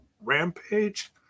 Rampage